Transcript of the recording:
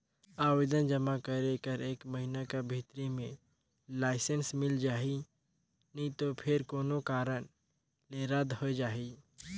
आवेदन जमा करे कर एक महिना कर भीतरी में लाइसेंस मिल जाही नी तो फेर कोनो कारन ले रद होए जाही